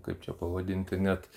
kaip čia pavadinti net